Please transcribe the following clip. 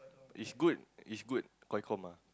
is good is good comm ah